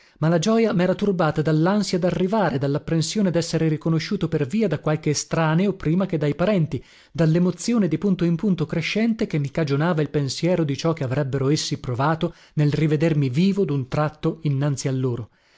ma la gioja mera turbata dallansia darrivare dallapprensione desser riconosciuto per via da qualche estraneo prima che dai parenti dallemozione di punto in punto crescente che mi cagionava il pensiero di ciò che avrebbero essi provato nel rivedermi vivo dun tratto innanzi a loro